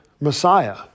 Messiah